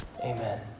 Amen